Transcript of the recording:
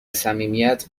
صمیمیت